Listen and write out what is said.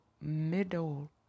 middle